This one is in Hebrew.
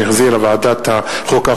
שהחזירה ועדת החוקה,